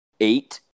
eight